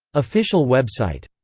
official website